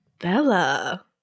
Bella